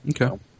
Okay